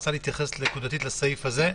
רצתה להתייחס נקודתית לסעיף הזה.